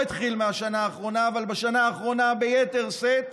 זה לא התחיל בשנה האחרונה אבל בשנה האחרונה ביתר שאת,